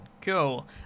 Cool